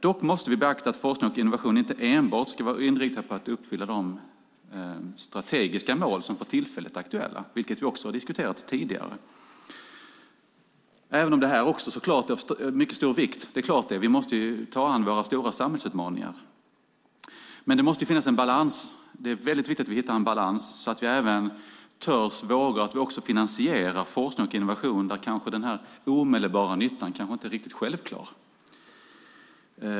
Dock måste vi beakta att forskning och innovation inte enbart ska vara inriktat på att uppfylla de strategiska mål som för tillfället är aktuella, vilket vi diskuterat tidigare, även om det så klart är viktigt. Vi måste ta oss an våra stora samhällsutmaningar. Men det måste finnas en balans, och det är viktigt att vi hittar en balans så att vi vågar finansiera forskning och innovation även där den omedelbara nyttan kanske inte är riktigt självklar.